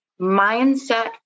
mindset